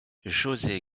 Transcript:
josé